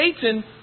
Satan